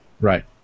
Right